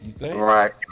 right